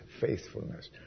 faithfulness